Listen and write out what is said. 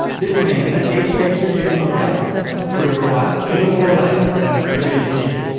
this means that each extra unit of output will require a little more labour than the previous unit.